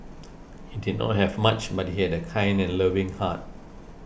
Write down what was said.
he did not have much but he had a kind and loving heart